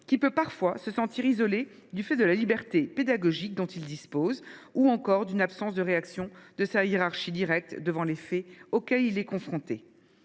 ci peut se sentir isolé du fait de la liberté pédagogique dont il dispose ou encore d’une absence de réaction de sa hiérarchie directe devant les faits auxquels il est confronté.